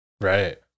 right